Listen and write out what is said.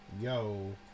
yo